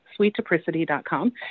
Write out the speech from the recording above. sweetapricity.com